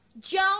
Joan